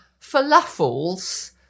Falafels